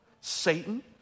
Satan